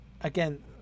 again